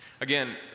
Again